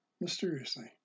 mysteriously